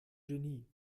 genie